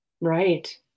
Right